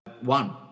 one